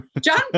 John